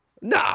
No